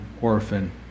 orphan